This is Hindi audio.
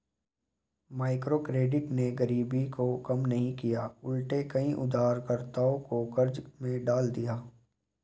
माइक्रोक्रेडिट ने गरीबी को कम नहीं किया उलटे कई उधारकर्ताओं को कर्ज में डाल दिया है